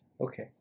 Okay